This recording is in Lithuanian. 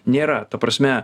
nėra ta prasme